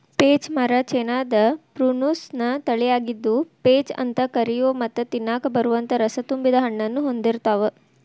peach ಮರ ಚೇನಾದ Prunus ನ ತಳಿಯಾಗಿದ್ದು, ಪೇಚ್ ಅಂತ ಕರಿಯೋ ಮತ್ತ ತಿನ್ನಾಕ ಬರುವಂತ ರಸತುಂಬಿದ ಹಣ್ಣನ್ನು ಹೊಂದಿರ್ತಾವ